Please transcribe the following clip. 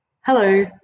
Hello